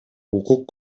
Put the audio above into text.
укук